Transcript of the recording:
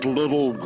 little